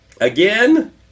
Again